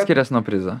skirias nuo prizo